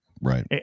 Right